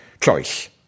choice